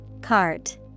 Cart